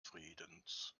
friedens